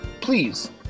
please